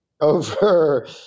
over